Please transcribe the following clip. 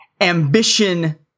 ambition